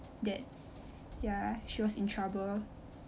that ya she was in trouble